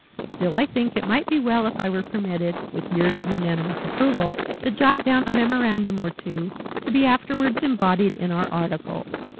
still i think it might be well if i were permitted with your unanimous approval to jot down a memorandum or two to be afterwards embodied in our articles.